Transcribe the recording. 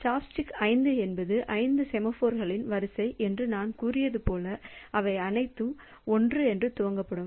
chopstick 5 என்பது 5 செமாஃபோர்களின் வரிசை என்று நான் கூறியது போல அவை அனைத்தும் 1 க்கு துவக்கப்பட்டன